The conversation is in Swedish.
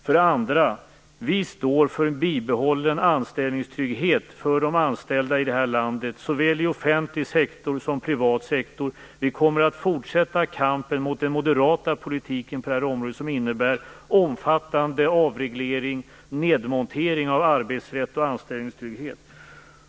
För det andra: Vi står för bibehållen anställningstrygghet för de anställda i detta land såväl i offentlig sektor som i privat sektor. Vi kommer att fortsätta kampen mot den moderata politiken på detta område som innebär omfattande avreglering och nedmontering av arbetsrätt och anställningstrygghet.